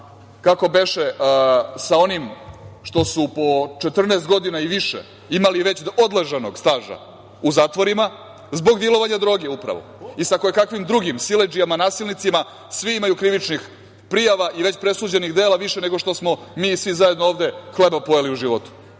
kako beše, sa onim što su po 14 godina i više imali već odležanog staža u zatvorima zbog dilovanja droge upravo i sa kojekakvim drugim siledžijama, nasilnicima, svi imaju krivičnih prijava i već presuđenih dela više nego što smo mi svi zajedno ovde hleba pojeli u životu.